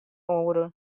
oere